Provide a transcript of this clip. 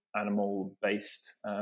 animal-based